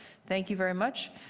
thank you very much.